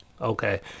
Okay